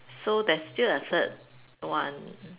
so there's still a third one